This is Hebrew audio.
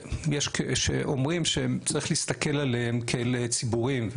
יש שאומרים שצריך להסתכל עליהם כאל ציבוריים.